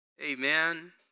Amen